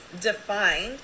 defined